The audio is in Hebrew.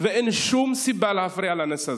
ואין שום סיבה להפריע לנס הזה.